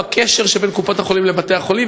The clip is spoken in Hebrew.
בקשר שבין קופות-החולים לבתי-החולים,